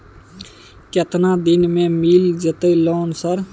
केतना दिन में मिल जयते लोन सर?